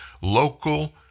local